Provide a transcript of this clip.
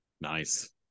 nice